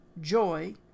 joy